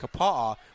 Kapaa